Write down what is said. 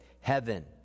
heaven